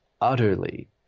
utterly